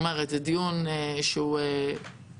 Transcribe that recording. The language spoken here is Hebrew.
זאת אומרת, זה דיון שהוא תאורטי.